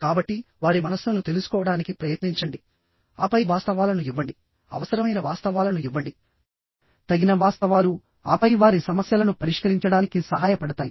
కాబట్టి వారి మనస్సును తెలుసుకోవడానికి ప్రయత్నించండి ఆపై వాస్తవాలను ఇవ్వండి అవసరమైన వాస్తవాలను ఇవ్వండితగిన వాస్తవాలు ఆపై వారి సమస్యలను పరిష్కరించడానికి సహాయపడతాయి